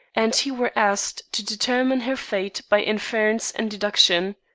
and he were asked to determine her fate by inference and deduction.